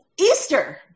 Easter